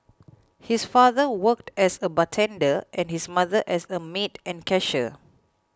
his father worked as a bartender and his mother as a maid and cashier